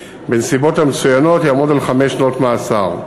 בנסיבות המצוינות יעמוד על חמש שנות מאסר.